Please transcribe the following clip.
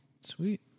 Sweet